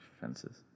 Fences